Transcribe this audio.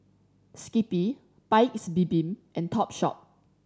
Skippy Paik's Bibim and Topshop